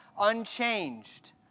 unchanged